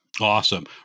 Awesome